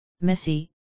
Missy